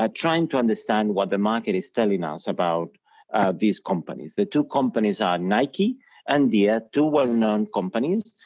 ah trying to understand what the market is telling us about these companies. the two companies are nike and deere, two well-known companies.